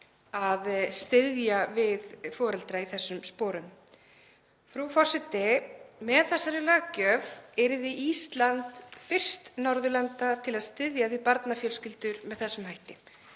að styðja við foreldra í þessum sporum. Frú forseti. Með þessari löggjöf yrði Ísland fyrst Norðurlanda til að styðja við barnafjölskyldur með þessum hætti.